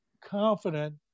confident